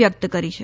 વ્યકત કરી છે